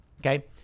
Okay